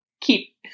keep